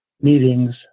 meetings